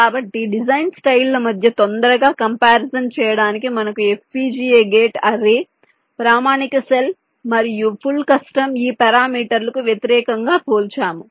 కాబట్టి design style ల మధ్య తొందరగా కంపారిసిన్ చేయడానికి మనము FPGA గేట్ అర్రే ప్రామాణిక సెల్ మరియు ఫుల్ కస్టమ్ ఈ పారామీటర్ లకు వ్యతిరేకంగా పోల్చాము